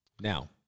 Now